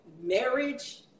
marriage